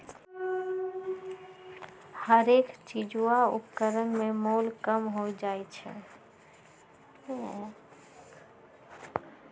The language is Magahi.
हरेक चीज आ उपकरण में मोल कम हो जाइ छै